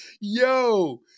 yo